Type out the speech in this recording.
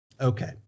okay